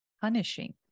Punishing